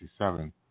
1967